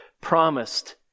promised